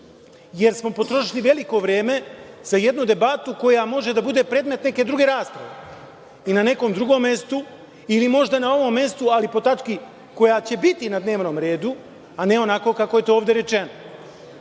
jer smo potrošili veliko vreme za jednu debatu koja može da bude predmet neke druge rasprave i na nekom drugom mestu ili možda na ovom mestu, ali po tački koja će biti na dnevnom redu, a ne onako kako je to ovde rečeno. Pre